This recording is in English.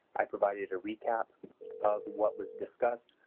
i provided a recap of what was discussed,